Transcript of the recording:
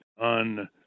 on